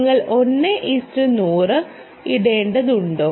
നിങ്ങൾ 1100 ഇടേണ്ടതുണ്ടോ